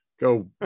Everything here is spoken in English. go